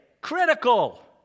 critical